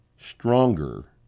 stronger